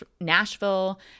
Nashville